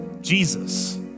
Jesus